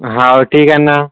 हो ठीक आहे ना